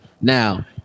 Now